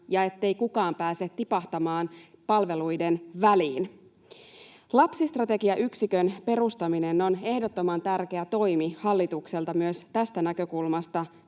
ettei kukaan pääse tipahtamaan palveluiden väliin. Lapsistrategiayksikön perustaminen on ehdottoman tärkeä toimi hallitukselta myös tästä näkökulmasta,